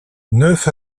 neuf